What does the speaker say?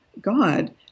God